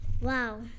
Wow